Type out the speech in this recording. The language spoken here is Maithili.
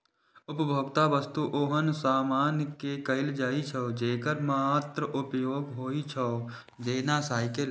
उपभोक्ता वस्तु ओहन सामान कें कहल जाइ छै, जेकर मात्र उपभोग होइ छै, जेना साइकिल